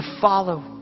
follow